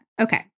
Okay